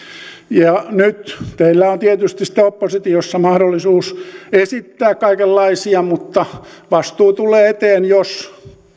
ja nyt teillä on tietysti sitten oppositiossa mahdollisuus esittää kaikenlaisia mutta vastuu tulee eteen jos